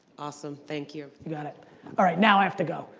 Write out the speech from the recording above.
awesome. thank you. you got it. all right, now i have to go.